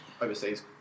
overseas